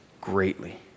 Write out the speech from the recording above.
greatly